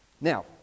Now